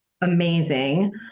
amazing